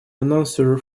announcer